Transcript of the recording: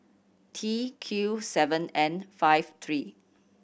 T Q seven N five three